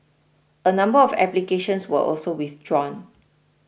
a number of applications were also withdrawn